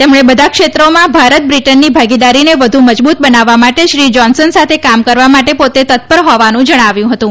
તેમણે બધા ક્ષેત્રોમાં ભારત બ્રિટનની ભાગીદારોને વધુ મજબુત બનાવવા માટે શ્રી જાન્સન સાથે કામ કરવા માટે તત્પર હોવાનું જણાવ્યું હતું